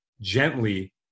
gently